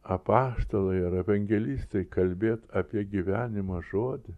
apaštalai ar evangelistai kalbėt apie gyvenimo žodį